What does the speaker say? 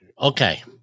okay